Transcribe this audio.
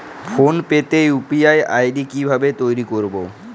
Phone pay তে UPI ID কি ভাবে তৈরি করবো?